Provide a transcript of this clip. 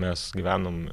mes gyvenom